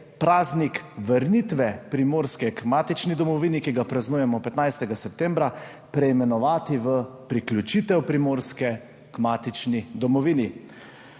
praznik vrnitve Primorske k matični domovini, ki ga praznujemo 15. septembra, preimenovati v priključitev Primorske k matični domovini.